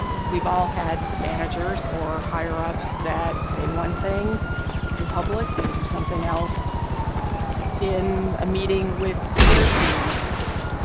we've all had managers or higher-ups that say one thing in public, and do something else in a meeting with their senior managers.